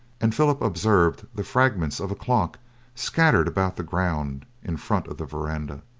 and philip observed the fragments of a clock scattered about the ground in front of the verandah.